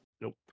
Nope